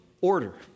order